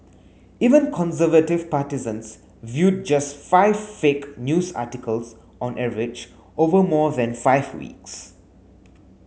even conservative partisans viewed just five fake news articles on average over more than five weeks